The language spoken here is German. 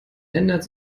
ändert